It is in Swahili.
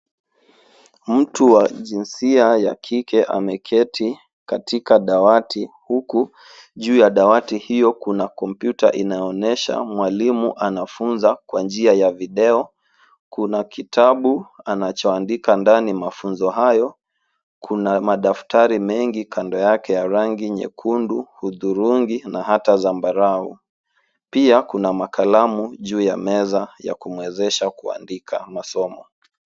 Mtu wa jinsia ya kike ameketi katika dawati huku juu ya dawati hio kuna kompyuta inayoonesha mwalimu anafunza kwa njia ya video. Kuna kitabu anachoandika ndani mafunzo hayo. Kuna madaftari mengi kando yake ya rangi nyekundu, uthurungi na hata zambarau. Pia, kuna makalamu juu ya meza ya kumwezesha kuandika masomo.